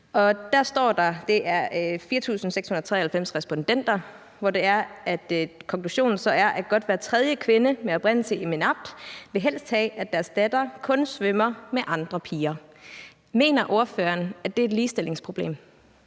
Der er 4.693 respondenter, og konklusionen er, at godt hver tredje kvinde med oprindelse i MENAPT-landene helst vil have, at deres datter kun svømmer med andre piger. Mener ordføreren, at det er et ligestillingsproblem?